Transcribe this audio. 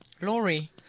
Laurie